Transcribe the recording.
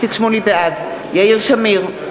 בעד יאיר שמיר,